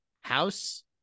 house